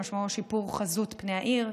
שמשמעו שיפור חזות פני העיר,